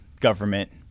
government